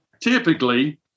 typically